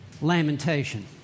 lamentation